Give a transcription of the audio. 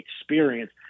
experience